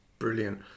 brilliant